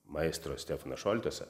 maestro stefaną šoltesą